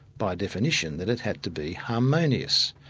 by definition, that it had to be harmonious,